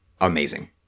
amazing